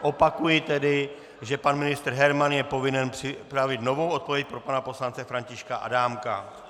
Opakuji, že pan ministr Herman je povinen připravit novou odpověď pro pana poslance Františka Adámka.